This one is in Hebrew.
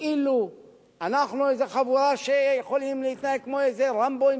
כאילו אנחנו איזה חבורה שיכולים להתנהג כמו איזה "רמבואים",